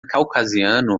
caucasiano